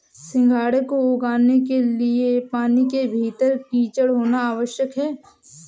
सिंघाड़े को उगाने के लिए पानी के भीतर कीचड़ होना आवश्यक है